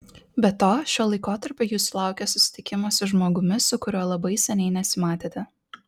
be to šiuo laikotarpiu jūsų laukia susitikimas su žmogumi su kuriuo labai seniai nesimatėte